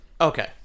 okay